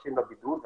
שנדרשים לבידוד,